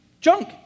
junk